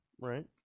right